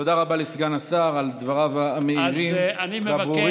תודה רבה לסגן השר על דבריו המאירים, הברורים.